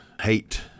hate